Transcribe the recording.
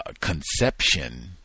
conception